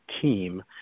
team